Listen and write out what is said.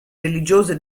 religiose